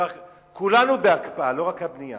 כבר כולנו בהקפאה, לא רק הבנייה.